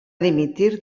dimitir